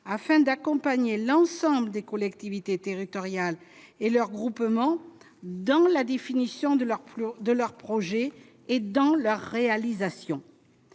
afin d'accompagner l'ensemble des collectivités territoriales et leurs groupements dans la définition de leurs plus de leur projet et dans la réalisation,